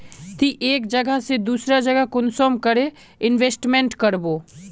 ती एक जगह से दूसरा जगह कुंसम करे इन्वेस्टमेंट करबो?